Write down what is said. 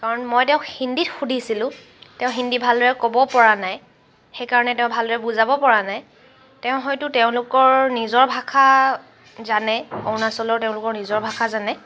কাৰণ মই তেওঁক হিন্দীত সুধিছিলো তেওঁ হিন্দী ভালদৰে ক'ব পৰা নাই সেইকাৰণে তেওঁ ভালদৰে বুজাব পৰা নাই তেওঁ হয়তো তেওঁলোকৰ নিজৰ ভাষা জানে অৰুণাচলৰ তেওঁলোকৰ নিজৰ ভাষা জানে